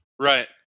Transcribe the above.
right